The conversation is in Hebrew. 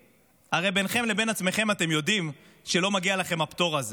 הרי ביניכם לבין עצמכם אתם יודעים שלא מגיע לכם הפטור הזה,